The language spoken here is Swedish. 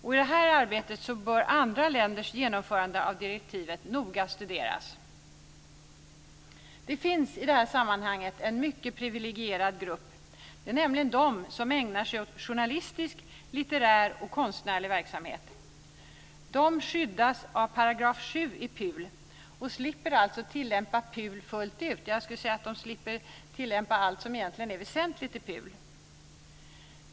I detta arbete bör andra länders genomförande av direktivet noga studeras. Det finns i detta sammanhang en mycket privilegierad grupp. Det är nämligen de som ägnar sig åt journalistisk, litterär och konstnärlig verksamhet. De skyddas av § 7 i PUL och slipper alltså tillämpa PUL fullt ut. Jag skulle vilja säga att de slipper tillämpa allt som egentligen är väsentligt i PUL.